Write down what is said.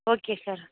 okay sir